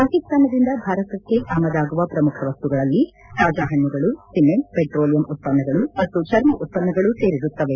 ಪಾಕಿಸ್ತಾನದಿಂದ ಭಾರತಕ್ಕೆ ಆಮದಾಗುವ ಪ್ರಮುಖ ವಸ್ತುಗಳಲ್ಲಿ ತಾಜಾ ಹಣ್ಣುಗಳು ಸಿಮೆಂಟ್ ಪೆಟ್ರೋಲಿಯಂ ಉತ್ಪನ್ನಗಳು ಮತ್ತು ಚರ್ಮ ಉತ್ಪನ್ನಗಳೂ ಸೇರಿರುತ್ತವೆ